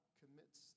commits